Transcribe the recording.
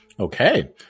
Okay